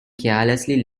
carelessly